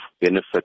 benefit